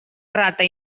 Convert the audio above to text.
rata